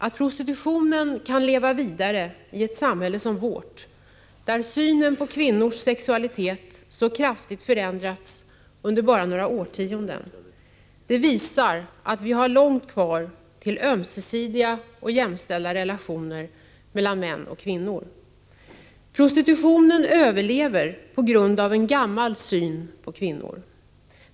Att prostitutionen kan leva kvar i ett samhälle som vårt, där synen på kvinnors sexualitet så kraftigt förändrats under bara några årtionden, visar att vi har långt kvar till ömsesidiga och jämställda relationer mellan män och kvinnor. Prostitutionen överlever på grund av en gammal syn på kvinnor.